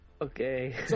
Okay